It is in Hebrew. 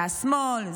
זה השמאל,